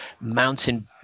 mountain